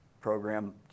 program